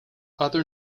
other